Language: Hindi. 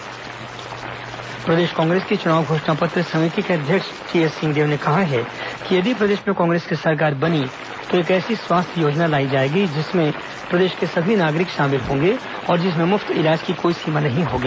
सिंहदेव पत्रकारवार्ता प्रदेश कांग्रेस की चुनाव घोषणा पत्र समिति के अध्यक्ष टीएस सिंहदेव ने कहा है कि यदि प्रदेश में कांग्रेस की सरकार बनी तो एक ऐसी स्वास्थ्य योजना लाई जाएगी जिसमें प्रदेश के सभी नागरिक शामिल होंगे और जिसमें मुफ्त इलाज की कोई सीमा नहीं होगी